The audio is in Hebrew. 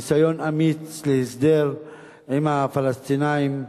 ניסיון אמיץ להסדר עם הפלסטינים,